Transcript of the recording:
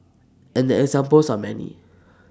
and the examples are many